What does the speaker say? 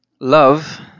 Love